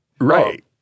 Right